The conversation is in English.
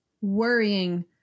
worrying